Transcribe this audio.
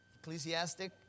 Ecclesiastic